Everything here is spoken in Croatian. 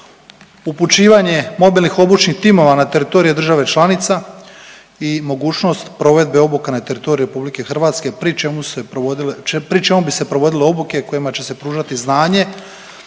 upućivanje mobilnih obučnih timova na teritorije država članica i mogućnost provedbe obuka na teritoriju RH pri čemu se provodile, pri čemu bi se provodile obuke kojima će se pružati znanje